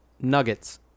Nuggets